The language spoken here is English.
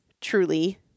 truly